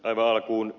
aivan alkuun